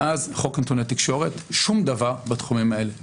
מאז חוק נתוני תקשורת שום דבר בתחומים האלה,